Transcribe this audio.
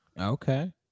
Okay